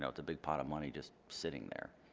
know, it's a big pot of money just sitting there.